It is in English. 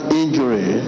injury